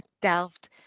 delved